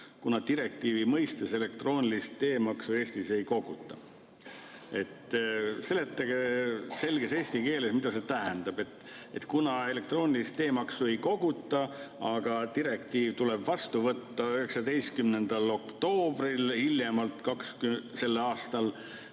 kuna direktiivi mõistes elektroonilist teemaksu Eestis ei koguta. Seletage selges eesti keeles, mida see tähendab. Kuna elektroonilist teemaksu ei koguta, aga direktiiv tuleb vastu võtta 19. oktoobril hiljemalt sellel aastal,